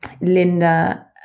Linda